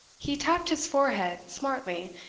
he tapped his forehead smartly,